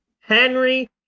Henry